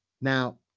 Now